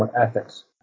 ethics